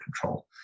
control